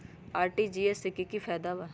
RTGS से की की फायदा बा?